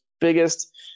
biggest